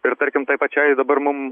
ir tarkim tai pačiai dabar mum